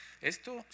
Esto